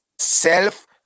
self